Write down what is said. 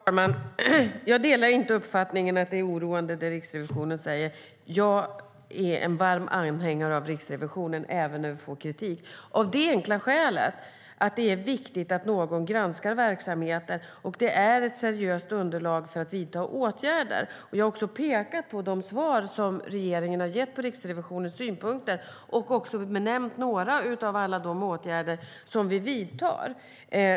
Fru talman! Jag delar inte uppfattningen att det som Riksrevisionen säger är oroande. Jag är en varm anhängare av Riksrevisionen, även när vi får kritik, av det enkla skälet att det är viktigt att någon granskar verksamheten. Det är ett seriöst underlag för att vidta åtgärder. Jag har pekat på de svar som regeringen gett på Riksrevisionens synpunkter och nämnt några av alla de åtgärder som vi vidtar.